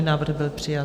Návrh byl přijat.